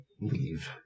leave